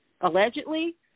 allegedly